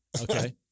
Okay